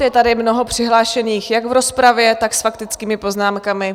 Je tady mnoho přihlášených jak v rozpravě, tak s faktickými poznámkami.